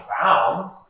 bound